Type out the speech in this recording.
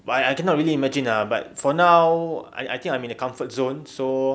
my I cannot really imagine ah but for now I I think I'm in the comfort zone so